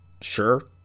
Sure